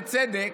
בצדק,